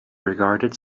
regarded